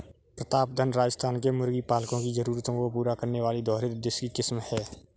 प्रतापधन राजस्थान के मुर्गी पालकों की जरूरतों को पूरा करने वाली दोहरे उद्देश्य की किस्म है